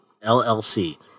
LLC